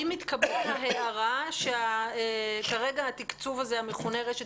האם התקבלה ההערה שכרגע התקצוב המכונה "רשת